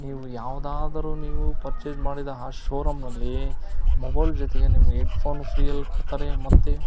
ನೀವು ಯಾವುದಾದರೂ ನೀವು ಪರ್ಚೇಸ್ ಮಾಡಿದರೆ ಆ ಶೋರೂಮ್ನಲ್ಲಿ ಮೊಬೈಲ್ ಜೊತೆಗೆ ನಿಮಗೆ ಹೆಡ್ ಫೋನ್ ಫ್ರೀಯಲ್ಲಿ ಕೊಡ್ತಾರೆ ಮತ್ತು